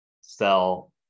sell